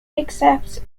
except